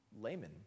layman